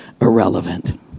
irrelevant